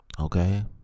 Okay